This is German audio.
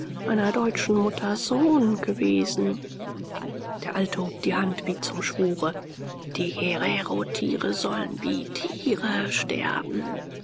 einer deutschen mutter sohn gewesen der alte hob die hand wie zum schwure die hererotiere sollen wie tiere sterben